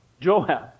Joab